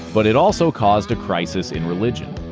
but it also caused a crisis in religion,